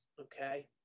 Okay